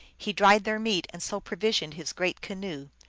he dried their meat, and so provisioned his great canoe.